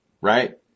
Right